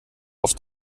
auf